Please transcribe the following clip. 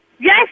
Yes